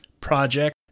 Project